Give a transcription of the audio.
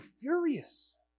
furious